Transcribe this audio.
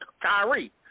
Kyrie